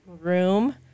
room